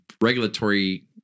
regulatory